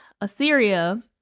Assyria